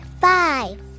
Five